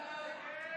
ההצעה